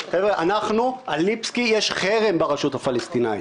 על ליפסקי יש חרם ברשות הפלסטינאית.